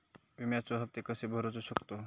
विम्याचे हप्ते कसे भरूचो शकतो?